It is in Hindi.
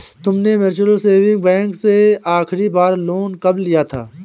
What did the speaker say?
तुमने म्यूचुअल सेविंग बैंक से आखरी बार लोन कब लिया था?